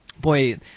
Boy